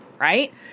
right